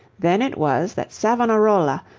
then it was that savonarola,